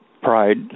Pride